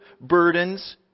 burdens